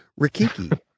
rikiki